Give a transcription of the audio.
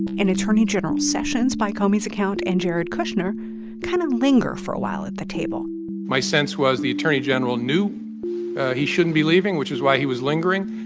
and attorney general sessions, by comey's account, and jared kushner kind of linger for a while at the table my sense was the attorney general knew he shouldn't be leaving, which is why he was lingering.